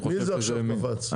מי זה עכשיו קפץ?